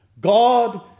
God